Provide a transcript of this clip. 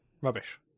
rubbish